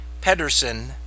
Pedersen